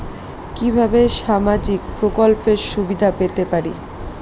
কিভাবে সামাজিক প্রকল্পের সুবিধা পেতে পারি?